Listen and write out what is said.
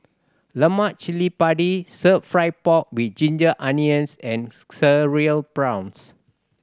lemak cili padi Stir Fry pork with ginger onions and Cereal Prawns